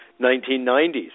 1990s